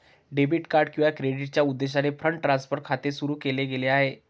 debit किंवा क्रेडिटच्या उद्देशाने फंड ट्रान्सफर खाते सुरू केले गेले आहे